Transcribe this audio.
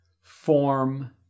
form